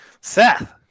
Seth